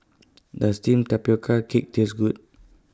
Does Steamed Tapioca Cake Taste Good